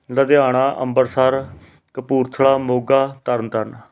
Ludhiana Ambarsar Kapurthala Moga Tarn Taran